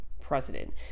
president